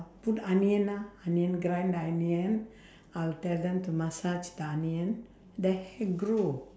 put onion lah onion grind onion I will tell them to massage the onion their hair grow